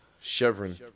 Chevron